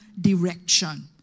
direction